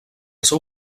seu